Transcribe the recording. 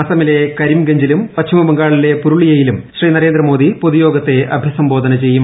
അസ്സമിലെ കരിംഗഞ്ചിലും പശ്ചിമബംഗാളിലെ പുരുളിയയിലും നരേന്ദ്രമോദി പൊതുയോഗത്തെ അഭിസംബോധന ചെയ്യും